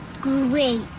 Great